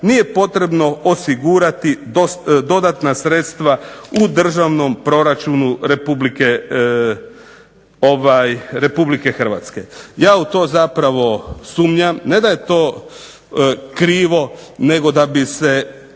nije potrebno osigurati dodatna sredstva u državnom proračunu Republike Hrvatske. Ja u to zapravo sumnjam, ne da je to krivo, nego da bi se